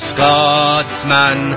Scotsman